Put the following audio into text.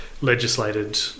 legislated